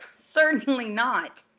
certainly not!